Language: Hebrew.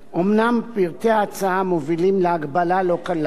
אומנם פרטי ההצעה מובילים להגבלה לא קלה,